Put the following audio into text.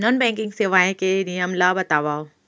Non banking सेवाएं के नियम ला बतावव?